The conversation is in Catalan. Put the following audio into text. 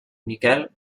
miquel